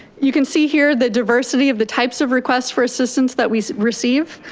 you can see here, the diversity of the types of requests for assistance that we receive.